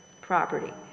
property